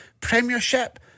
Premiership